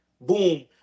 boom